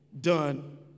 done